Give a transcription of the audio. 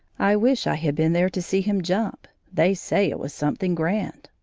i wish i had been there to see him jump they say it was something grand.